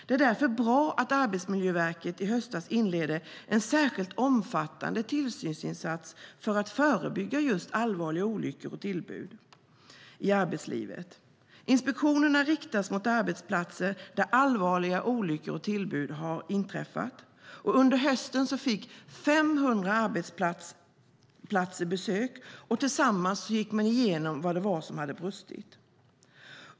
Det är därför bra att Arbetsmiljöverket i höstas inledde en särskilt omfattande tillsynsinsats för att förebygga just allvarliga olyckor och tillbud i arbetslivet. Inspektionerna riktas mot arbetsplatser där allvarliga olyckor och tillbud har inträffat. Under hösten fick 500 arbetsplatser besök, och tillsammans gick man igenom vad det var som hade brustit.